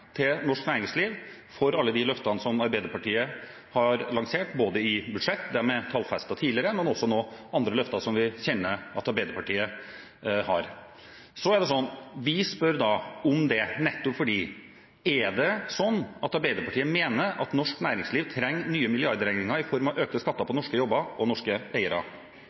til norsk næringsliv for alle de løftene som Arbeiderpartiet har lansert, både i budsjett – de er tallfestet tidligere – og i andre løfter som vi kjenner til at Arbeiderpartiet har? Er det sånn at Arbeiderpartiet mener at norsk næringsliv trenger nye milliardregninger i form av økte skatter på norske jobber og norske eiere?